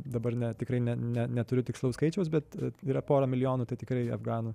dabar ne tikrai ne ne neturiu tikslaus skaičiaus bet yra porą milijonų tai tikrai afganų